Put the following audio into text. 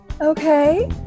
Okay